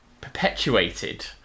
perpetuated